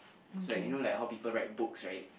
it's like you know like how people write books right